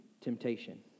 temptation